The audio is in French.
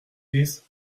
dix